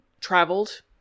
traveled